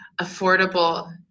affordable